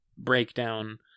Breakdown